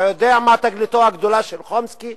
אתה יודע מה תגליתו הגדולה של חומסקי?